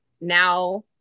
now